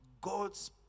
god's